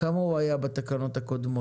כמה הוא היה בתקנות הקודמות?